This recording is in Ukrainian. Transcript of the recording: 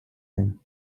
ним